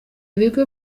bigo